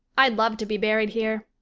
i'd love to be buried here.